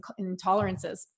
intolerances